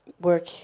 work